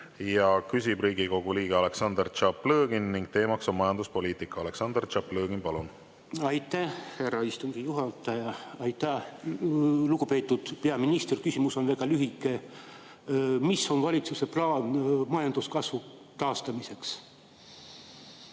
Küsib Riigikogu liige Aleksandr Tšaplõgin ja teema on majanduspoliitika. Aleksandr Tšaplõgin, palun! Aitäh, härra istungi juhataja! Aitäh, lugupeetud peaminister! Küsimus on väga lühike: mis on valitsuse plaan majanduskasvu taastamiseks?